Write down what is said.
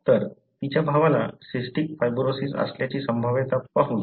तर तिच्या भावाला सिस्टिक फायब्रोसिस असल्याची संभाव्यता पाहू या